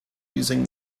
using